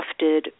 crafted